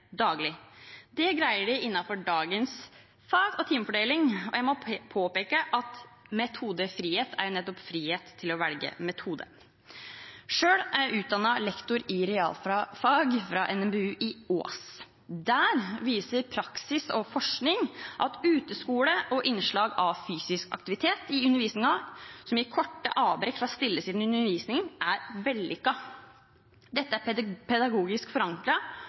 daglig. Det greier de innenfor dagens fag- og timefordeling, og jeg må påpeke at metodefrihet jo nettopp er frihet til å velge metode. Selv er jeg utdannet lektor i realfag fra NMBU i Ås. Der viser praksis og forskning at uteskole og innslag av fysisk aktivitet i undervisningen, som gir korte avbrekk fra stillesittende undervisning, er vellykket. Dette er pedagogisk